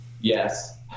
yes